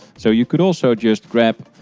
so you could also just grab